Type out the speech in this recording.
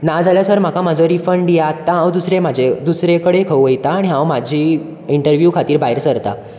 नाजाल्यार सर म्हाका म्हाजो रिफंड दियात आत्ता हांव दुसरे म्हाजे दुसरे कडेन खंय वयता आनी हांव म्हजी इंटरव्यूव खातीर भायर सरतां